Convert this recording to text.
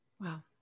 wow